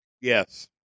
Yes